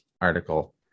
article